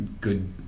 good